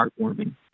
heartwarming